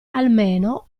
almeno